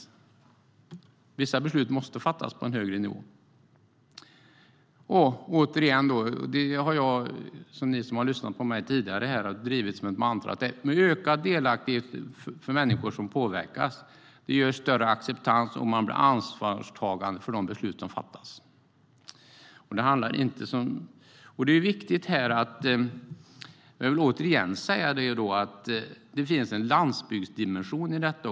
Men vissa beslut måste fattas på en högre nivå. Det finns också en landsbygdsdimension i detta.